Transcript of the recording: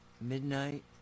midnight